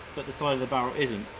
but the sort of the barrel isn't.